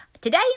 today